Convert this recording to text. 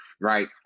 right